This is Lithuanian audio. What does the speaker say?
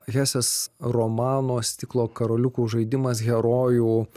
hesės romano stiklo karoliukų žaidimas herojų